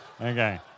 Okay